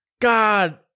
God